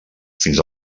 fins